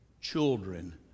children